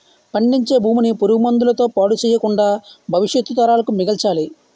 పండించే భూమిని పురుగు మందుల తో పాడు చెయ్యకుండా భవిష్యత్తు తరాలకు మిగల్చాలి